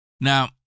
Now